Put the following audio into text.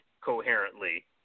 Coherently